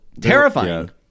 terrifying